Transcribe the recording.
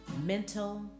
mental